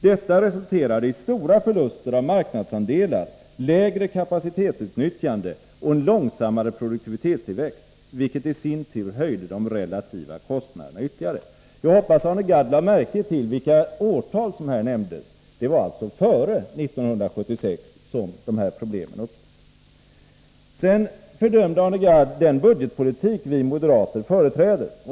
Detta resulterade i stora förluster av marknadsandelar, lägre kapacitetsutnyttjande och en långsammare produktivitetstillväxt — vilket i sin tur höjde de relativa kostnaderna ytterligare.” Jag hoppas att Arne Gadd lade märke till det årtal som nämndes. Det var alltså före år 1976 som dessa problem uppstod. Arne Gadd fördömde vidare den budgetpolitik som vi moderater företräder.